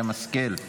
המסך שלה לא עבד.